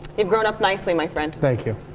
you've grown up nicely my friend. thank you.